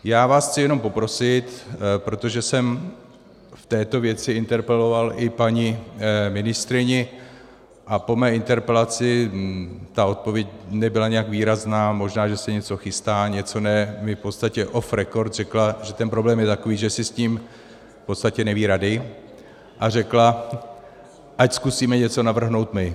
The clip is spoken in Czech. Já vás chci jenom poprosit, protože jsem v této věci interpeloval i paní ministryni a po mé interpelaci ta odpověď nebyla nijak výrazná možná, že se něco chystá, něco ne mi v podstatě off record řekla, že ten problém je takový, že si s tím v podstatě neví rady, a řekla, ať zkusíme něco navrhnout my.